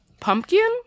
pumpkin